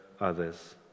others